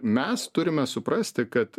mes turime suprasti kad